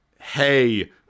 hey